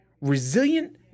resilient